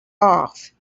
off